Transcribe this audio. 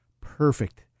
perfect